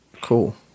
Cool